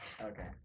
Okay